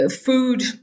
food